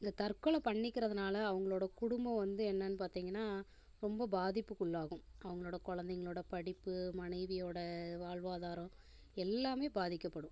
இந்த தற்கொலை பண்ணிக்கிறதுனால் அவங்களோட குடும்பம் வந்து என்னன்னு பார்த்திங்கன்னா ரொம்ப பாதிப்புக்குள்ளாகும் அவங்களோட குழந்தைங்களோட படிப்பு மனைவியோடய வாழ்வாதாரம் எல்லாமே பாதிக்கப்படும்